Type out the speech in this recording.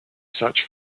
such